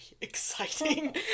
exciting